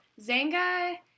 Zanga